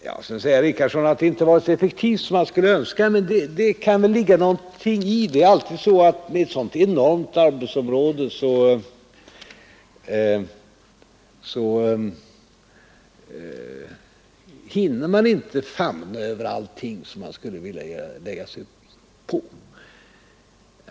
Herr Richardson säger att arbetet inte varit så effektivt som man skulle önska. Det kan väl ligga någonting i det. Det är alltid så att med ett sådant enormt arbetsområde hinner man inte famna över allt man skulle vilja.